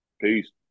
Peace